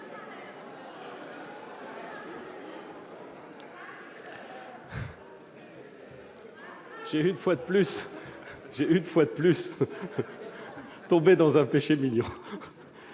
suis une fois de plus tombé dans un péché mignon.